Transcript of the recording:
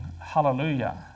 Hallelujah